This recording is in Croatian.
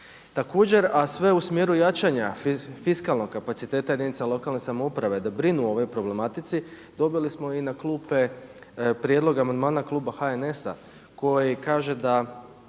Također a sve u smjeru jačanja fiskalnog kapaciteta jedinica lokalne samouprave da brinu o ovoj problematici dobili smo i na klupe prijedlog amandmana kluba HNS-a koji kaže da